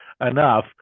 enough